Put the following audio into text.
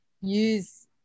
use